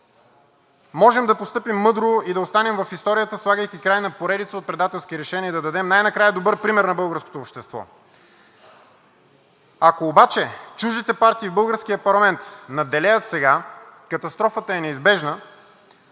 Можем да постъпим мъдро и да останем в историята, слагайки край на поредица от предателски решения, и да дадем най-накрая добър пример на българското общество. Ако обаче чуждите партии в българския парламент надделеят сега, катастрофата е неизбежна,